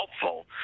helpful